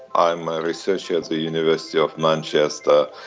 i'm a researcher at the university of manchester,